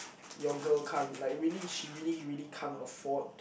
your girl can't like really she really really can't afford